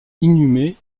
inhumé